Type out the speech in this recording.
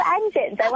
engines